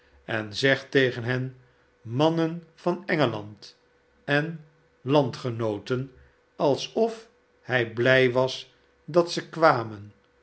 en zegt tegen hen smannen van engeland en slandgenooten alsof hij blij was dat ze kwamen